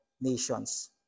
nations